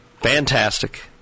Fantastic